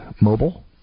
mobile